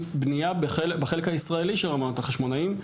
בנייה בחלק הישראלי של ארמונות החשמונאים,